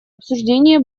обсуждение